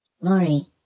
Lori